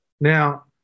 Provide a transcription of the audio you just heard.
Now